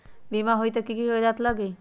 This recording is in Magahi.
बिमा होई त कि की कागज़ात लगी?